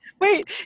Wait